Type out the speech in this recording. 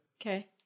Okay